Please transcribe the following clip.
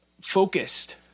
focused